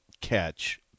catch